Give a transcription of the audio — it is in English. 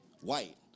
white